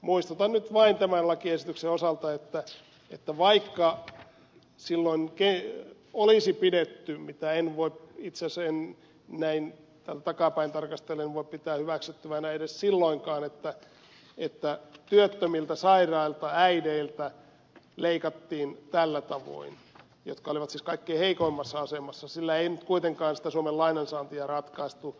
muistutan nyt vain tämän lakiesityksen osalta että vaikka silloin olisi pidetty hyväksyttävänä mitä itse asiassa en näin takaapäin tarkastellen voi pitää hyväksyttävänä edes silloinkaan että työttömiltä sairailta äideiltä leikattiin tällä tavoin jotka olivat siis kaikkein heikoimmassa asemassa niin sillä ei nyt kuitenkaan sitä suomen lainansaantia ratkaistu